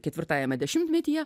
ketvirtajame dešimtmetyje